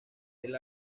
del